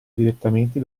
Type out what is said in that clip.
direttamente